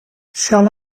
shall